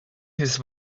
his